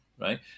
right